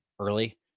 early